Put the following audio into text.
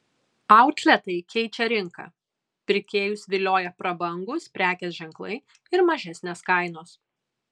outletai keičia rinką pirkėjus vilioja prabangūs prekės ženklai ir mažesnės kainos